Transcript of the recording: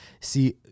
See